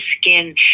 skin